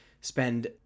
spend